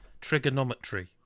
Trigonometry